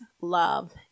love